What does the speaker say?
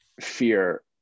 fear